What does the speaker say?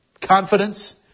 confidence